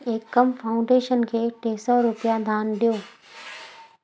एकम foundation खे टे सौ रुपिया दानु ॾियो